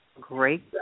Great